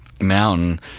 mountain